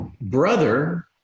brother